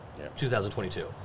2022